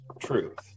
truth